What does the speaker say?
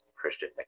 christian